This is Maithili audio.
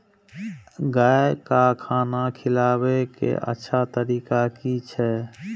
गाय का खाना खिलाबे के अच्छा तरीका की छे?